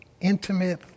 intimate